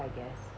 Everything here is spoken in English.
I guess